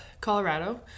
colorado